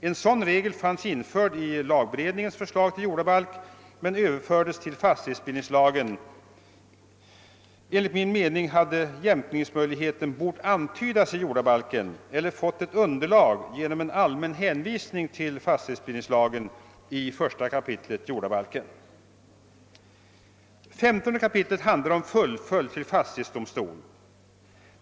En sådan regel fanns införd i lagberedningens förslag till jordabalk men överfördes till fastighetsbildningslagen. Enligt min mening hade jämkningsmöjligheten bort antydas i jordabalken eller få ett underlag genom en allmän hänvisning till fastighetsbildningslagen i 1 kap. jordabalken. 15 kap. handlar om fullföljd till fastighetsdomstol.